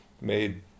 made